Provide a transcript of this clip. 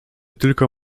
tylko